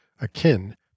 akin